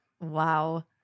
Wow